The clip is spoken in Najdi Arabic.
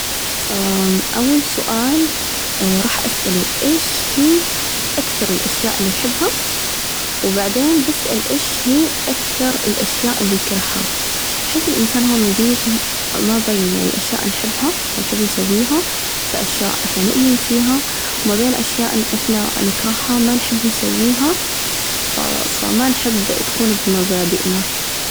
أول سؤال راح أسأله، إيش هي أكثر الأشياء اللي يحبها؟ وبعدين بسأل إيش هي أكثر الأشياء اللي يكرهها؟ بحيث الإنسان هو مزيج ما بين يعني أشياء نحبها فنحب نسويها في أشياء إحنا نؤمن ، وما بين أشياء إحنا نكرهها ما نحب نسويها فما نحب تكون بمبادئنا.